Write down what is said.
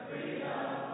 freedom